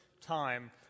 time